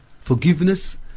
forgiveness